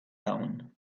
down